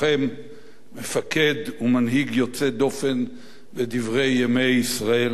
מפקד ומנהיג יוצא דופן בדברי ימי ישראל המתחדשת.